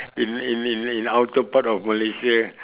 in in in outer part of Malaysia